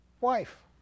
wife